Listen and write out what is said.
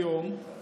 כיום,